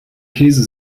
käse